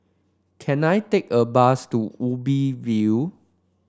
can I take a bus to Ubi View